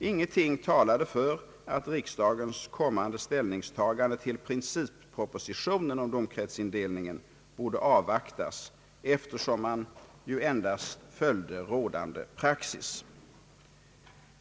Ingenting talade för att riksdagens kommande ställningstagande till princippropositionen om domkretsindelningen borde avvaktas, eftersom man endast följde rådande praxis.